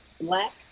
black